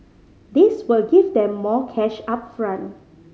this will give them more cash up front